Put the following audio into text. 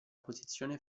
posizione